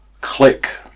click